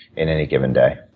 in any given day.